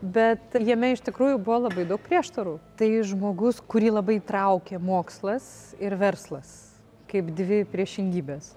bet jame iš tikrųjų buvo labai daug prieštarų tai žmogus kurį labai traukė mokslas ir verslas kaip dvi priešingybės